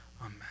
Amen